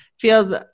feels